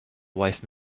wife